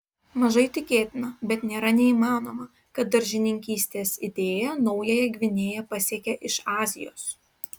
mažai tikėtina bet nėra neįmanoma kad daržininkystės idėja naująją gvinėją pasiekė iš azijos